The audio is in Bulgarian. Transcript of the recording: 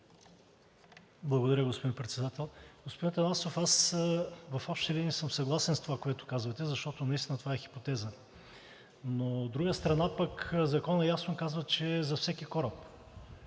Благодаря, господин Председател. Господин Атанасов, в общи линии съм съгласен с това, което казвате, защото наистина това е хипотеза. От друга страна, Законът ясно казва, че е за всеки кораб